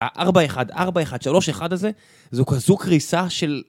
ה-4:1, 4:1, 3:1 הזה, זו כזו קריסה של...